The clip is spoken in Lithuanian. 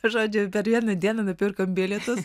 žodžiu per vieną dieną nupirkom bilietus